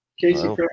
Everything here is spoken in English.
Casey